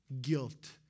guilt